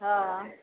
हँ